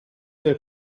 del